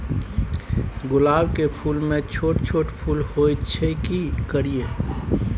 गुलाब के फूल में छोट छोट फूल होय छै की करियै?